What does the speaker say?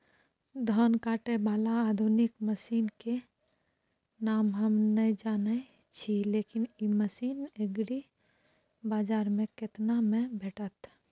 धान काटय बाला आधुनिक मसीन के नाम हम नय जानय छी, लेकिन इ मसीन एग्रीबाजार में केतना में भेटत?